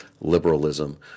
liberalism